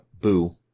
Boo